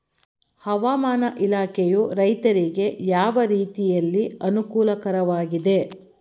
ಹವಾಮಾನ ಇಲಾಖೆಯು ರೈತರಿಗೆ ಯಾವ ರೀತಿಯಲ್ಲಿ ಅನುಕೂಲಕರವಾಗಿದೆ?